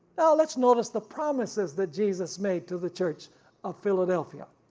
now let's notice the promises that jesus made to the church of philadelphia.